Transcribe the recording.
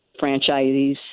franchisees